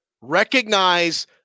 Recognize